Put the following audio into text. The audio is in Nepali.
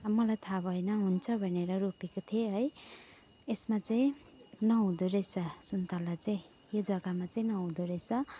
अब मलाई थाहा भएन हुन्छ भनेर रोपेको थिएँ है यसमा चाहिँ नहुँदोरहेछ सुन्तला चाहिँ यो जग्गामा चाहिँ नहुँदोरहेछ